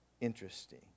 interesting